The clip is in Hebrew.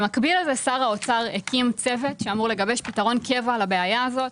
במקביל לזה שר האוצר הקים צוות שאמור לגבש פתרון קבע לבעיה הזאת.